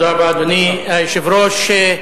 אדוני היושב-ראש,